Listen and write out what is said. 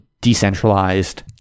decentralized